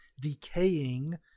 decaying